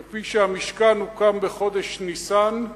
כפי שהמשכן הוקם בחודש ניסן,